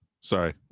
Sorry